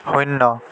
শূন্য